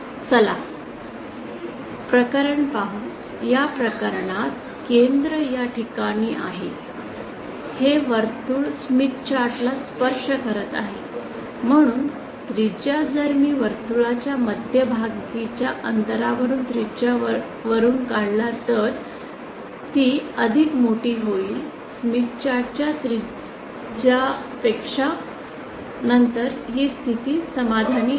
चला प्रकरण पाहू या प्रकरणात केंद्र या ठिकाणी आहे हे वर्तुळ स्मिथ चार्ट ला स्पर्श करत नाही म्हणून त्रिज्या जर मी वर्तुळाच्या मध्यभागीच्या अंतरावरुन त्रिज्या वरुन काढला तर ती अधिक मोठी होईल स्मिथ चार्ट च्या त्रिज्यापेक्षा नंतर ही स्थिती समाधानी आहे